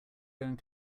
going